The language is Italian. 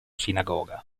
sinagoga